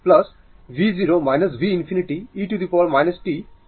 সুতরাং এটি আসলে v infinity v0 v infinity e t tτ